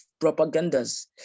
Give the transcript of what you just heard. propagandas